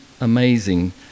amazing